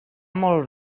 molt